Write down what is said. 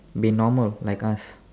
be normal like us